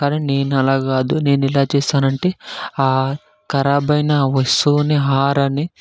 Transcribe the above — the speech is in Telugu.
కానీ నేనలా కాదు నేనిలా చేస్తానంటే ఆ కరాబు అయిన వస్తువుని ఆహారాన్ని